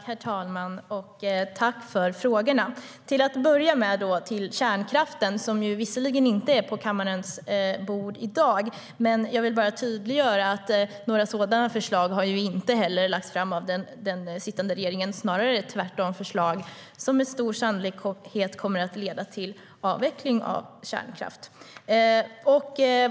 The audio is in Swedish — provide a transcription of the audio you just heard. Herr talman! Tack för frågorna, Linda Snecker! För att börja med kärnkraften, som visserligen inte ligger på kammarens bord i dag, vill jag bara tydliggöra att några sådana förslag inte har lagts fram av den sittande regeringen. Tvärtom har den lagt fram förslag som med stor sannolikhet kommer att leda till avveckling av kärnkraft.